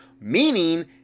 meaning